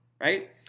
right